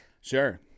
sure